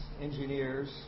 engineers